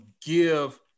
give